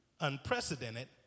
unprecedented